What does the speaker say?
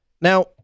Now